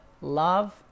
Love